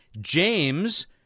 James